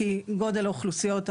כי בעצם גודל האוכלוסיות,